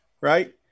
right